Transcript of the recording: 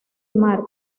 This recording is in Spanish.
mar